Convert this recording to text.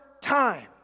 time